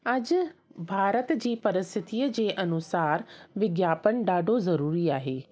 अॼु भारत जी परिस्थितीअ जे अनुसार विज्ञापन ॾाढो ज़रूरी आहे